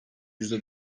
yüzde